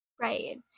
Right